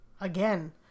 again